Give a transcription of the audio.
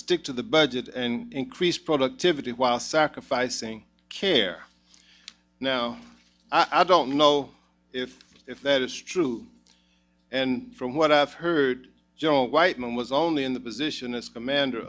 stick to the budget and increase productivity while sacrificing care now i don't know if that is true and from what i've heard general weightman was only in the position as commander